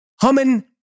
humming